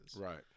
Right